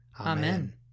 Amen